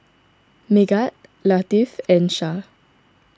Megat Latif and Shah